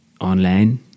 online